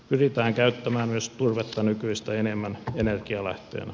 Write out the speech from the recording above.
pyritään käyttämään myös turvetta nykyistä enemmän energianlähteenä